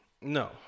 No